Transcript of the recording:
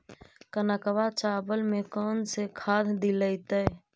कनकवा चावल में कौन से खाद दिलाइतै?